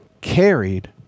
carried